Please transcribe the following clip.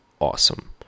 awesome